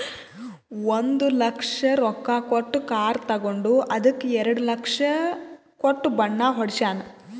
ಒಂದ್ ಲಕ್ಷ ರೊಕ್ಕಾ ಕೊಟ್ಟು ಕಾರ್ ತಗೊಂಡು ಅದ್ದುಕ ಎರಡ ಲಕ್ಷ ಕೊಟ್ಟು ಬಣ್ಣಾ ಹೊಡ್ಸ್ಯಾನ್